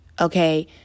Okay